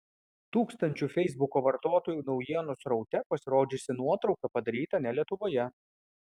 tūkstančių feisbuko vartotojų naujienų sraute pasirodžiusi nuotrauka padaryta ne lietuvoje